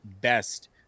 best